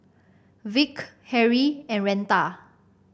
Vick Harrie and Retha